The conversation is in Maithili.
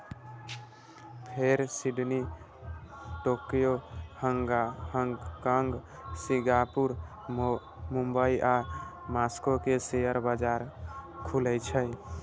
फेर Sydney, Tokyo, Hong Kong, Singapore, Mumbai आ मास्को के शेयर बाजार खुलै छै